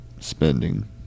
spending